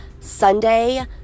Sunday